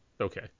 Okay